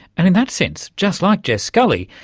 and in that sense, just like jess scully,